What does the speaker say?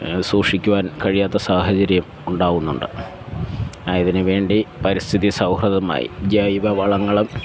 സൂക്ഷിക്കുവാൻ കഴിയാത്ത സാഹചര്യം ഉണ്ടാവുന്നുണ്ട് ആയതിന് വേണ്ടി പരിസ്ഥിതി സൗഹൃദമായ ജൈവവളങ്ങളും